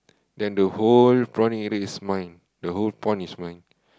then the whole prawning area is mine the whole pond is mine